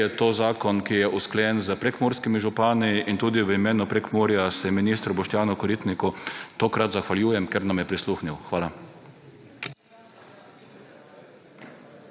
ker je to zakon, ki je usklajen s prekmurskimi župani in tudi v imenu Prekmurja se ministru Boštjanu Koritniku tokrat zahvaljujem, ker nam je prisluhnil. Hvala.